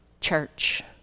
church